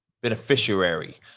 beneficiary